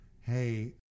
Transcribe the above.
Hey